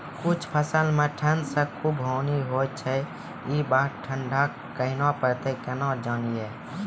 कुछ फसल मे ठंड से खूब हानि होय छैय ई बार ठंडा कहना परतै केना जानये?